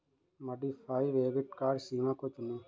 modified debit card सीमा को चुनें